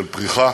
של פריחה